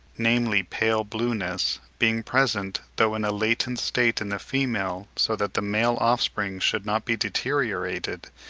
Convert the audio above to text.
namely, pale-blueness, being present though in a latent state in the female, so that the male offspring should not be deteriorated,